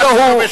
ולא הוא,